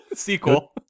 sequel